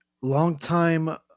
longtime